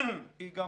היא גם